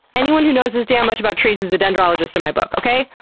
anyone who knows this damn much about trees is a dendrologist in my book. okay?